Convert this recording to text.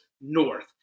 North